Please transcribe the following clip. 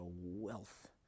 wealth